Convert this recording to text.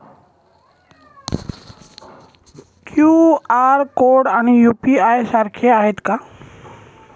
QR code आणि UPI सारखे आहेत का?